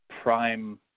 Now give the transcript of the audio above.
prime